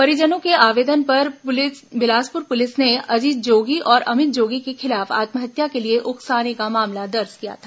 परिजनों के आवेदन पर बिलासपुर पुलिस ने अजीत जोगी और अमित जोगी के खिलाफ आत्महत्या के लिए उकसाने का मामला दर्ज किया था